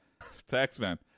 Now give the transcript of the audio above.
Taxman